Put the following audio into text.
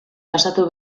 pasatu